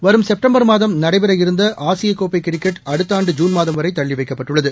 வரும் செப்டம்பர் மாதம் நடைபெறவிருந்து ஆசிய கோப்பை கிரிக்கெட் போட்டி அடுத்த ஆண்டு ஜூன் மாதம்வரை தள்ளி வைக்கப்பட்டுள்ளது